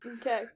Okay